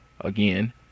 again